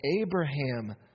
Abraham